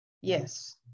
Yes